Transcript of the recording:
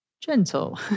Gentle